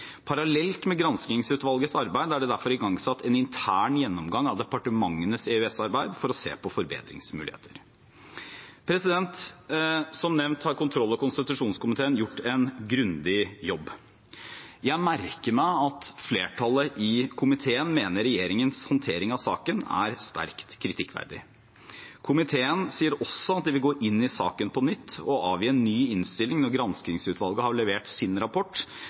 Parallelt med granskingsutvalgets arbeid er det derfor igangsatt en intern gjennomgang av departementenes EØS-arbeid for å se på forbedringsmuligheter. Som nevnt har kontroll- og konstitusjonskomiteen gjort en grundig jobb. Jeg merker meg at flertallet i komiteen mener regjeringens håndtering av saken er sterkt kritikkverdig. Komiteen sier også at de vil gå inn i saken på nytt og avgi en ny innstilling når granskingsutvalget har levert sin rapport,